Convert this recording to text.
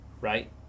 right